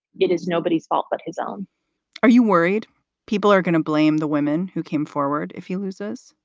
it is nobody's fault but his own are you worried people are going to blame the women who came forward if he loses?